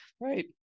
Right